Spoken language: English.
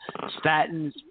Statins